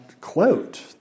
quote